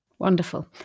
Wonderful